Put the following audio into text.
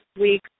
week